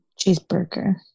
Cheeseburger